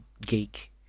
Geek